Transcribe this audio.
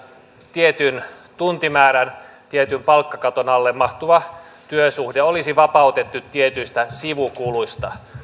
tietyn tuntimäärän tietyn palkkakaton alle mahtuva työsuhde olisi vapautettu tietyistä sivukuluista